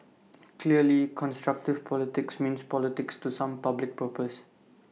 clearly constructive politics means politics to some public purpose